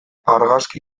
argazki